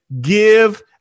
give